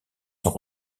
sont